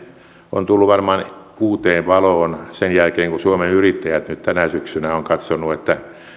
on tullut varmaan uuteen valoon sen jälkeen kun suomen yrittäjät nyt tänä syksynä on katsonut että